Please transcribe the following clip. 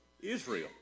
Israel